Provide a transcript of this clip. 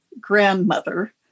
grandmother